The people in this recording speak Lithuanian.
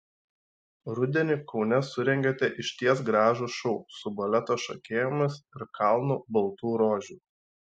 rudenį kaune surengėte išties gražų šou su baleto šokėjomis ir kalnu baltų rožių